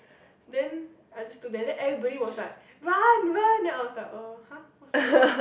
then I just stood there then everybody was like run run then I was like uh !huh! what's going on